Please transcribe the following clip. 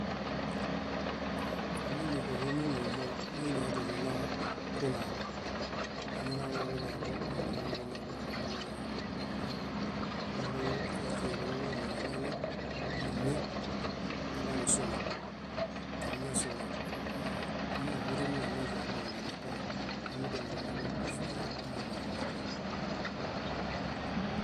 Mímiġahumimo móo miineadianinaa kunaḃo. Añanaloġunaḃo, ninauġunaḃumangu, nimbunaw búloo éśelooho nirene, níne, aḃanisune. Amiñasune, u- aa- míġahore nuġomezim aḃaniɭenikune. Ámidiamoġunaġufiġi mímo numuxoy.